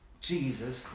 Jesus